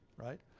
right?